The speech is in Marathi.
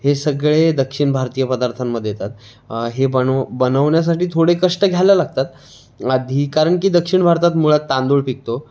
हे सगळे दक्षिण भारतीय पदार्थांमध्ये येतात हे बनव बनवण्यासाठी थोडे कष्ट घ्यायला लागतात आधी कारण की दक्षिण भारतात मुळात तांदूळ पिकतो